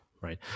right